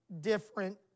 different